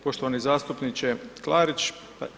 Poštovani zastupniče Klarić.